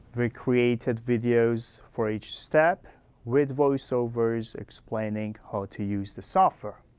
we created videos for each step with voiceovers explaining how to use the software.